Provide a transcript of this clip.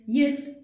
jest